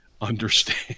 understand